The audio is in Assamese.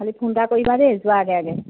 খালি ফোন এটা কৰিবা দেই যোৱা আগে আগে